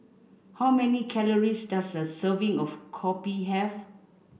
how many calories does a serving of Kopi have